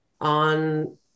on